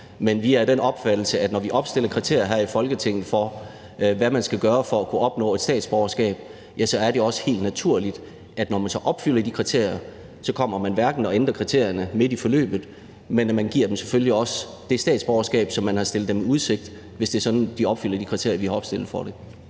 Men vi er af den opfattelse, at når vi opstiller kriterier her i Folketinget for, hvad man skal gøre for at kunne opnå et statsborgerskab, er det også helt naturligt, at når man så opfylder de kriterier, kommer vi ikke og ændrer kriterierne midt i forløbet, men giver dem selvfølgelig det statsborgerskab, som vi har stillet dem i udsigt, hvis det er sådan, at de opfylder de kriterier, vi har opstillet for det.